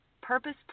Purpose